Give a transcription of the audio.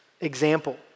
example